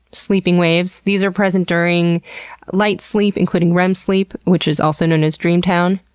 sleeping waves. these are present during light sleep, including rem sleep, which is also known as dreamtown.